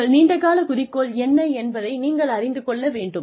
உங்கள் நீண்டகால குறிக்கோள் என்ன என்பதை நீங்கள் அறிந்து கொள்ள வேண்டும்